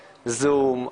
זום,